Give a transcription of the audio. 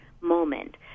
moment